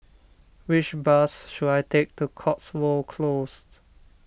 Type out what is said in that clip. which bus should I take to Cotswold Close